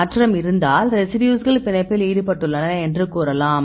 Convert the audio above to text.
மாற்றம் இருந்தால் ரெசிடியூஸ்கள் பிணைப்பில் ஈடுபட்டுள்ளன என்று கூறலாம்